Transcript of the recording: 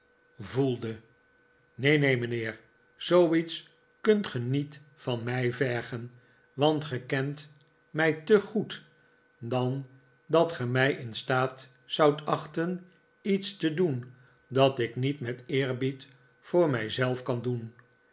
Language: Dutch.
neen neen mijnheer zooiets kunt ge niet van mij vergen want ge kent mij te goed dan dat ge mij in staat zoudt achten iets te doen dat ik niet met eerbied voor mij zelf kan doen